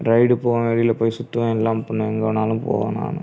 ride போக வெளியில் போய் சுற்றுவேன் எல்லா பண்ணுவேன் எங்கள் வேணாலும் போவேன் நான்